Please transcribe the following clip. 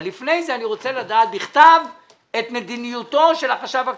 אבל לפני זה אני רוצה לדעת בכתב את מדיניותו של החשב הכללי.